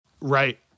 Right